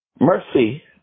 Mercy